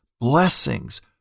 blessings